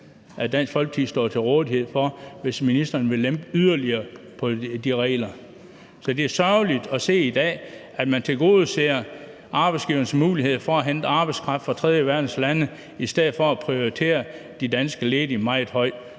at Dansk Folkeparti står til rådighed for, hvis ministeren vil lempe yderligere på de regler. Så det er sørgeligt at se i dag, at man tilgodeser arbejdsgivernes mulighed for at hente arbejdskraft fra tredjeverdenslande i stedet for at prioritere de danske ledige meget højt.